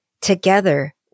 Together